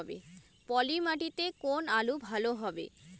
পলি মাটিতে কোন আলু ভালো হবে?